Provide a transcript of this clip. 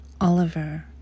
Oliver